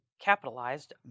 capitalized